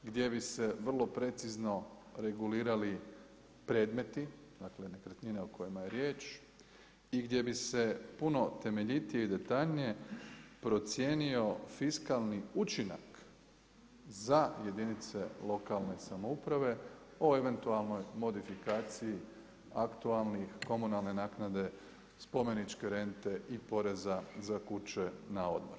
Gdje bi se vrlo precizno regulirali predmeti, dakle, nekretnina o kojima je riječ i gdje bi se puno temeljitije i detaljnije procijenio fiskalni učinak za jedinica lokalne samouprave o eventualnim modifikaciji, aktualnih, komunalne naknade, spomeničke rente i poreza za kuče na odmor.